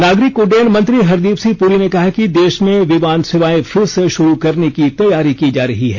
नागरिक उड्डयन मंत्री हरदीप सिंह पुरी ने कहा है कि देश में विमान सेवाएं फिर से शुरू करने की तैयारी की जा रही है